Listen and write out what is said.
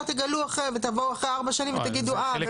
תגלו ותבואו אחרי ארבע שנים ותגידו אה,